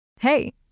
Hey